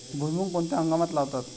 भुईमूग कोणत्या हंगामात लावतात?